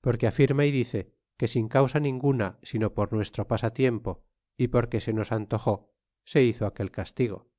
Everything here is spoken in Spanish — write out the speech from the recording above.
porque afirma y dice que sin causa ninguna sino por nuestro pasatiempo y porque se nos antojó se hizo aquel castigo